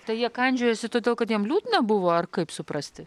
tai jie kandžiojosi todėl kad jiem liūdna buvo ar kaip suprasti